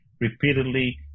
repeatedly